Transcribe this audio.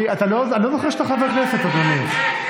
אני לא זוכר שאתה חבר כנסת, אדוני.